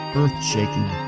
earth-shaking